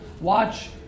watch